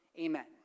Amen